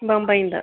ಬೊಂಬಾಯಿಂದ